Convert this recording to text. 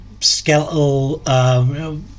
skeletal